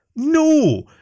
No